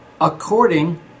according